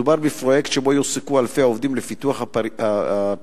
מדובר בפרויקט שבו יועסקו אלפי עובדים לפיתוח הפריפריה.